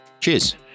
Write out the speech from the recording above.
cheers